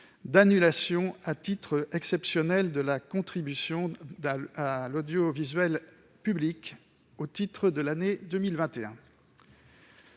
annulation, à titre exceptionnel, de la contribution à l'audiovisuel public au titre de l'année 2021.